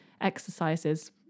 exercises